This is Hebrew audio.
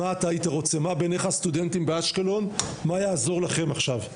מה בעיניך סטודנטים באשקלון, מה יעזור לכם עכשיו?